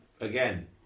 again